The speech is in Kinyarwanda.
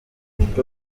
uko